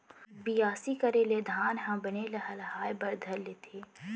बियासी करे ले धान ह बने लहलहाये बर धर लेथे